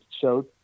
showed